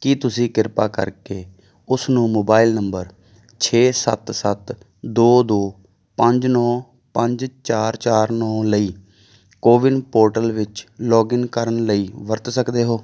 ਕੀ ਤੁਸੀਂ ਕਿਰਪਾ ਕਰਕੇ ਉਸ ਨੂੰ ਮੋਬਾਈਲ ਨੰਬਰ ਛੇ ਸੱਤ ਸੱਤ ਦੋ ਦੋ ਪੰਜ ਨੌ ਪੰਜ ਚਾਰ ਚਾਰ ਨੌ ਲਈ ਕੋਵਿਨ ਪੋਰਟਲ ਵਿੱਚ ਲੌਗਇਨ ਕਰਨ ਲਈ ਵਰਤ ਸਕਦੇ ਹੋ